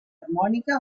harmònica